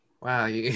Wow